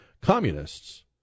communists